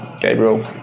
Gabriel